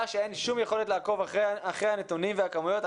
שאין שום יכולת לעקוב אחרי הנתונים והכמויות.